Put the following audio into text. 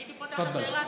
אני הייתי פותחת בעיראקית.